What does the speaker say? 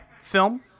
Film